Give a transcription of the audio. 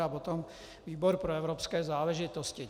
A potom výbor pro evropské záležitosti.